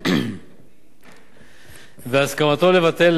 והסכמתו לבטל,